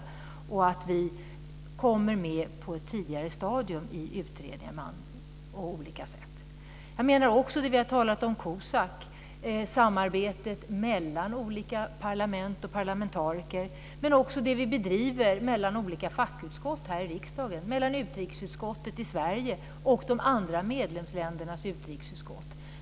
Det är viktigt att vi kommer med på ett tidigare stadium i utredningar och på andra sätt. Vi har talat om COSAC, samarbetet mellan olika parlament och parlamentariker. Men det gäller också det samarbete vi bedriver mellan olika fackutskott här i riksdagen och mellan utrikesutskottet i Sverige och de andra medlemsländernas utrikesutskott.